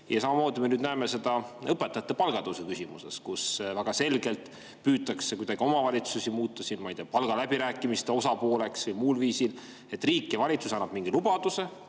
Samamoodi me näeme seda õpetajate palga tõusu küsimuses, kus väga selgelt püütakse kuidagi omavalitsusi muuta, ma ei tea, palgaläbirääkimiste osapooleks või muul viisil [kaasata]. Riik, valitsus annab mingi lubaduse,